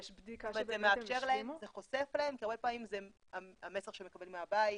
זה חושף להן שזה הרבה פעמים המסר שמקבלים מהבית,